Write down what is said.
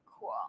cool